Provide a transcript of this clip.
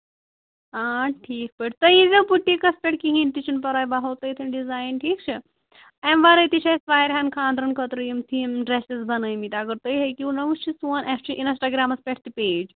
آ ٹھیٖک پٲٹھۍ تُہۍ ییٖزیٚو بُٹیٖکَس پٮ۪ٹھ کِہیٖنٛۍ تہِ چھُنہٕ پَرواے بہٕ ہاوَو تۄہہِ تِم ڈِزایَن ٹھیٖک چھا اَمہِ وَرٲے تہِ چھُ اَسہِ واریاہَن خانٛدرَن خٲطرٕ یِم تھیٖم ڈرٛیسِز بَنٲومٕتۍ اَگر تُہۍ ہٮ۪کِو نا وُچھِتھ سون اَسہِ چھُ اِنسٹاگرامَس پٮ۪ٹھ تہِ پیج